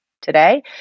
today